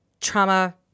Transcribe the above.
trauma